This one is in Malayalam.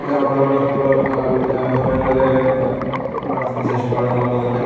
എൻ്റെ മക്കളുടെ കൂടെ വീ ഭവനങ്ങളിലെ പ്രാർഥനക്ക് ശേഷം പാടുന്ന പോലെ തന്നെ